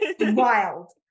Wild